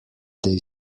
they